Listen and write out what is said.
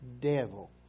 devil